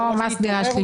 כמו מס על דירה שלישית.